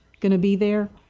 going to be there?